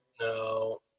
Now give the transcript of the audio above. No